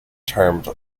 termed